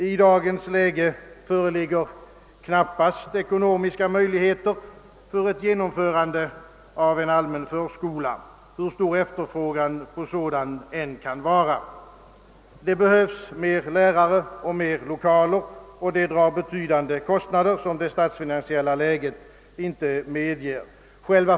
I dagens läge föreligger knappast ekonomiska möjligheter för ett genomförande av en allmän förskola, hur stor efterfrågan på en sådan än kan vara. Det behövs fler lärare och lokaler, och det drar betydande kostnader, som det statsfinansiella läget inte medger.